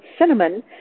cinnamon